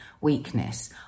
weakness